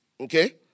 Okay